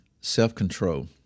self-control